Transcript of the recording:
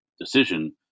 decision